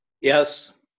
Yes